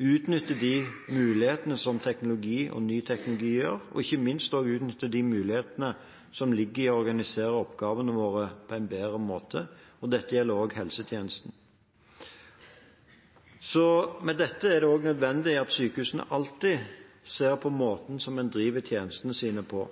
utnytte de mulighetene som teknologi og ny teknologi gir, og ikke minst å utnytte de mulighetene som ligger i å organisere oppgavene våre på en bedre måte. Dette gjelder også helsetjenestene. Med dette er det nødvendig at sykehusene alltid ser på måten en driver tjenestene sine på.